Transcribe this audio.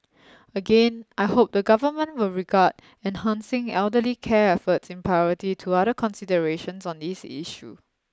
again I hope the government will regard enhancing elderly care efforts in priority to other considerations on this issue